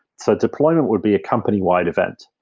so deployment would be a company-wide event,